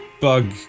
bug